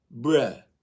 bruh